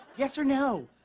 yes or no?